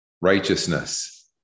Righteousness